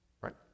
right